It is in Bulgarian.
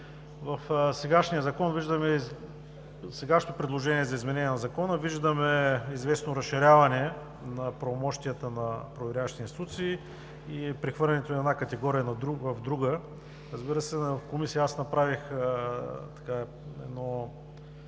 на Закона виждаме известно разширяване на правомощията на проверяващите институции и прехвърлянето на една категория в друга. Разбира се, в Комисията направих